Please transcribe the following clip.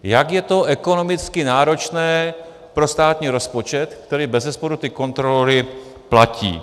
Jak je to ekonomicky náročné pro státní rozpočet, který bezesporu ty kontrolory platí.